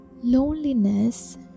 Loneliness